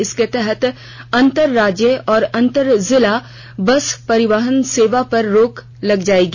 इसके तहत अंतर राज्य और अंतर जिला बस परिवहन सेवा पर रोक लग जाएगी